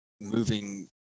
moving